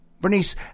Bernice